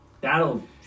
That'll